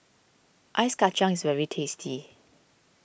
Ice Kacang is very tasty